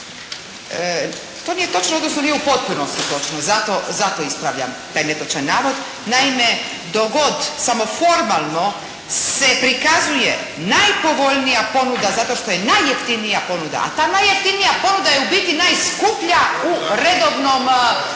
To nije točno, odnosno nije u potpunosti točno zato ispravljam taj netočan navod. Naime, dok god samo formalno se prikazuje najpovoljnija ponuda zato što je najjeftinija ponuda, a ta najjeftinija ponuda je u biti najskuplja u redovnom,